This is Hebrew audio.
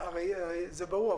זה ברור.